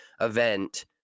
event